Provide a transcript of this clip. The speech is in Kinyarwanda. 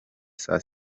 saa